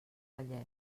vallès